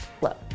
look